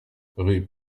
rue